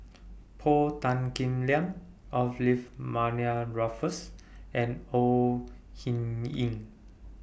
Paul Tan Kim Liang Olivia Mariamne Raffles and Au Hing Yee